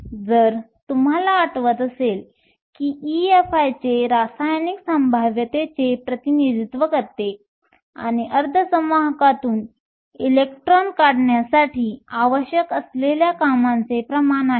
जर तुम्हाला आठवत असेल की EFi हे रासायनिक संभाव्यतेचे प्रतिनिधित्व करते किंवा अर्धसंवाहकातून इलेक्ट्रॉन काढण्यासाठी आवश्यक असलेल्या कामाचे प्रमाण आहे